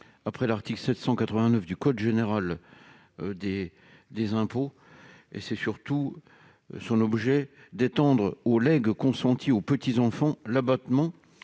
après l'article 789 du code général des impôts, afin d'étendre aux legs consentis aux petits-enfants l'abattement